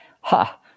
ha